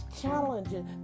challenges